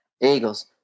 Eagles